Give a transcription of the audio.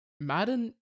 Madden